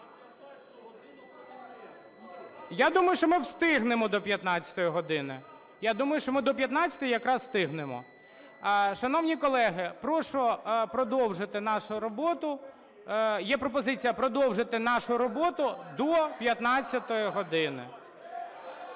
Я думаю, що ми встигнемо до 15 години. Я думаю, що ми до 15-ї якраз встигнемо. Шановні колеги, прошу продовжити нашу роботу. Є пропозиція